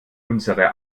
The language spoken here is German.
unsere